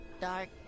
dark